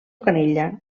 canella